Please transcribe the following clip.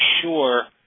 sure